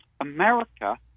America